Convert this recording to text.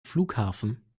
flughafen